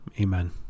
Amen